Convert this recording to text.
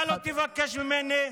אתה לא תבקש ממני,